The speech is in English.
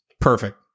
Perfect